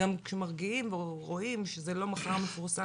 גם כשמרגיעים ורואים שזה לא מחר מפורסם